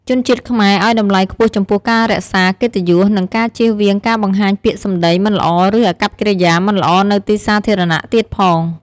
ជនជាតិខ្មែរឱ្យតម្លៃខ្ពស់ចំពោះការរក្សា "កិត្តិយស" និងការជៀសវាងការបង្ហាញពាក្យសម្តីមិនល្អឬអាកប្បកិរិយាមិនល្អនៅទីសាធារណៈទៀតផង។